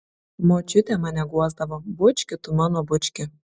močiutė mane guosdavo bučki tu mano bučki